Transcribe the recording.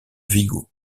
vigo